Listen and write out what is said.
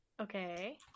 Okay